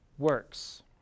works